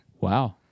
Wow